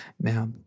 Now